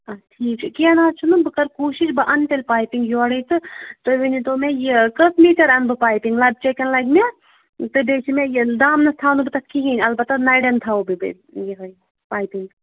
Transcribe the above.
آ ٹھیٖک چھُ کیٚنٛہہ نہ حظ چھُنہٕ بہٕ کَرٕ کوٗشِش بہٕ اَنہٕ تیٚلہِ پایپِنٛگ یورے تہٕ تُہۍ ؤنۍ تو مےٚ یہِ کٔژ میٖٹر اَنہٕ بہٕ پایپِنٛگ لپچیٚک۪ن لَگہِ مہ تہٕ بیٚیہِ چھِ مےٚ یہِ دامنَس تھاوٕ نہٕ بہٕ تَتھ کِہیٖنۍ اَلبتہ نَرٮ۪ن تھاوو بہٕ بیٚیہِ یِہٕے پایپِنٛگ